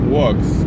works